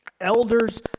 elders